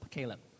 Caleb